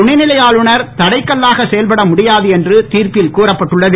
துணைநிலை ஆளுநர் தடைக்கல்லாக செயல்பட முடியாது என்று தீர்ப்பில் கூறப்பட்டுள்ளது